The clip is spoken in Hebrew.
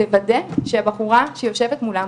לוודא שהבחורה שיושבת מולם,